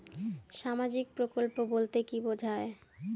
সামাজিক প্রকল্প বলতে কি বোঝায়?